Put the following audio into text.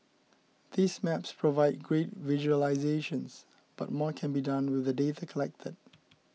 these maps provide great visualisations but more can be done with the data collected